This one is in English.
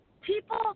people